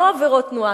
לא עבירות תנועה,